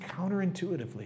counterintuitively